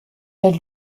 der